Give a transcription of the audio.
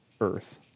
earth